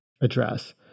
address